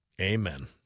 Amen